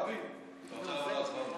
תודה לך,